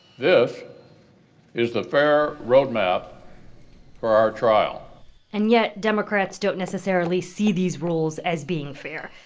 this is the fair road map for our trial and yet, democrats don't necessarily see these rules as being fair.